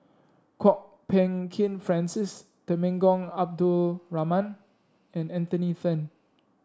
Kwok Peng Kin Francis Temenggong Abdul Rahman and Anthony Then